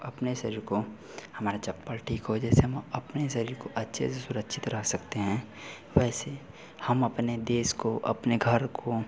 अपने शरीर को हमारी चप्पल ठीक हो जैसे हम अपने शरीर को अपने अच्छे से सुरक्षित रख सकते हैं वैसे हम अपने देश को अपने घर को